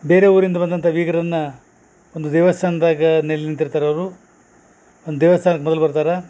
ಬೇರೆ ಊರಿಂದ ಬಂದಂಥ ಬೀಗರನ್ನ ಒಂದು ದೇವಸ್ಥಾನದಾಗ ನೆಲೆ ನಿಂತಿರ್ತಾರೆ ಅವರು ದೇವಸ್ಥಾನಕ್ಕೆ ಮೊದಲು ಬರ್ತಾರೆ